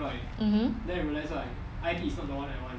mmhmm